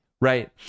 right